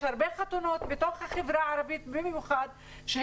בתוך החברה הערבית במיוחד יש הרבה חתונות